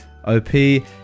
op